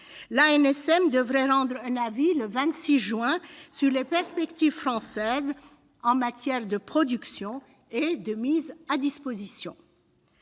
l'ANSM devrait rendre un avis quant aux perspectives françaises en matière de production et de mise à disposition.